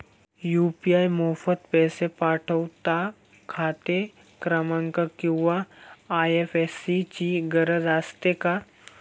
UPI मार्फत पैसे पाठवता खाते क्रमांक किंवा आय.एफ.एस.सी ची गरज असते का?